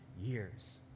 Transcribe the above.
years